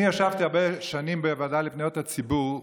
אני ישבתי הרבה שנים בוועדה לפניות הציבור,